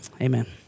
Amen